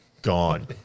gone